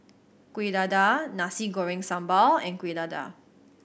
Kuih Dadar Nasi Goreng Sambal and Kuih Dadar